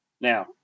Now